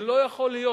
זה לא יכול להיות.